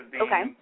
Okay